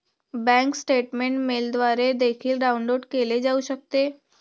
bank statement मेलद्वारे देखील download केले जाऊ शकते